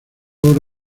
obra